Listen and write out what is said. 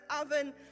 oven